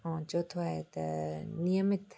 ऐं चोथो आहे त नियमित